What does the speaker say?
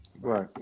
Right